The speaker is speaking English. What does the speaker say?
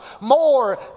more